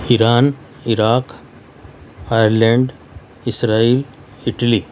Iran Iraq Ireland Israel Italy